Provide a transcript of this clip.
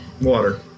water